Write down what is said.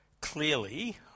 Clearly